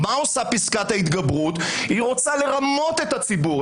פסקת התגברות רוצה לרמות את הציבור.